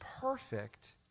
perfect